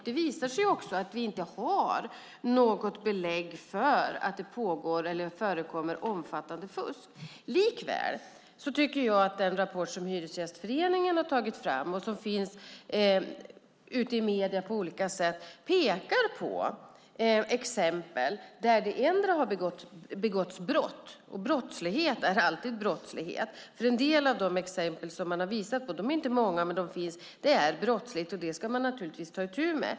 Det visar sig också att vi inte har något belägg för att det förekommer omfattande fusk. Likväl tycker jag att den rapport som Hyresgästföreningen har tagit fram och som finns ute i medierna pekar på exempel där det har begåtts brott. En del av de exempel som man har visat på - de är inte många, men de finns - är exempel på brottslighet, och brottslighet är alltid brottslighet, och det ska man naturligtvis ta itu med.